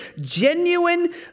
genuine